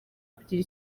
kugira